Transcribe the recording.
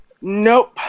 nope